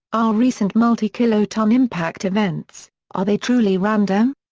r. recent multi-kiloton impact events are they truly random.